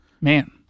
man